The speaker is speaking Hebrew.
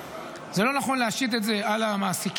זה לא נכון להשית את זה על המעסיקים,